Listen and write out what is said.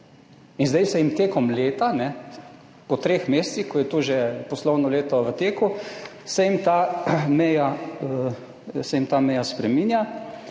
In zdaj se jim med letom, po treh mesecih, ko je to že poslovno leto v teku, se jim ta meja spreminja.